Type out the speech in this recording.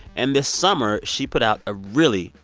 and this summer, she put out a really,